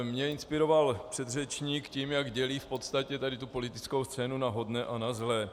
Mě inspiroval předřečník tím, jak dělí v podstatě tady tu politickou scénu na hodné a na zlé.